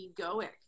egoic